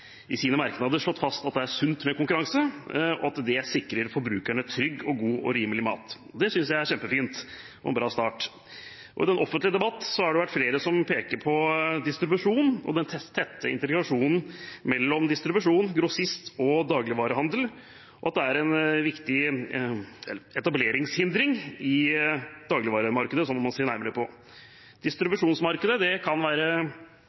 i lengre tid, og komiteen har i sine merknader slått fast at det er sunt med konkurranse, og at det sikrer forbrukerne trygg, god og rimelig mat. Det synes jeg er kjempefint og en bra start. I den offentlige debatt har flere pekt på distribusjon og den tette integrasjonen mellom distribusjon, grossist og dagligvarehandel, og at dette er en viktig etableringshindring i dagligvaremarkedet som man bør se nærmere på. Distribusjonsmarkedet kan være